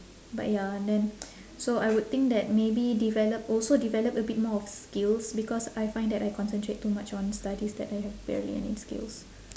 but ya then so I would think that maybe develop also develop a bit more of skills because I find that I concentrate too much on studies that I have barely any skills